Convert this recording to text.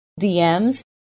DMs